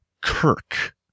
Kirk